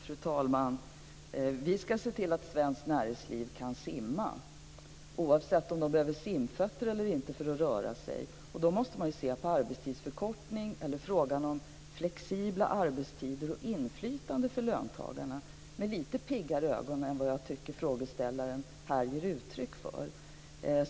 Fru talman! Vi ska se till att svenskt näringsliv kan simma, oavsett om man behöver simfötter eller inte för att röra sig. Då måste man se på frågan om arbetstidsförkortning eller flexibla arbetstider och inflytande för löntagarna med lite piggare ögon än vad jag tycker att frågeställaren här ger uttryck för.